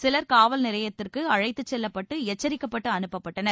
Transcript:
சில் காவல் நிலையத்திற்கு அழைத்துச் செல்லப்பட்டு எச்சரிக்கப்பட்டு அனுப்பப்பட்டனர்